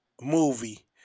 movie